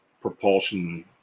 propulsion